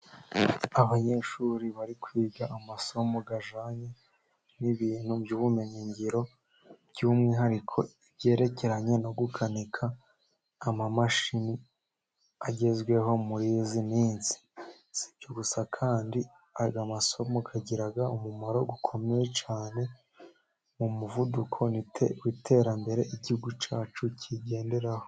Abanyeshuri bari kwiga amasomo ajyanye n'ibintu by'ubumenyi ngiro by'umwihariko ibyerekeranye no gukanika amamashini agezweho muri iyi minsi. Si ibyo gusa kandi, aya masomo agira umumaro ukomeye cyane mu muvuduko w'iterambere Igihugu cyacu kigenderaho.